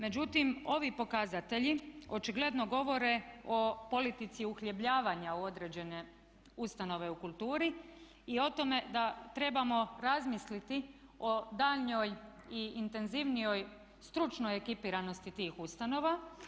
Međutim, ovi pokazatelji očigledno govore o politici uhljebljavanja u određene ustanove u kulturi i o tome da trebamo razmisliti o daljnjoj i intenzivnijoj stručnoj ekipiranosti tih ustanova.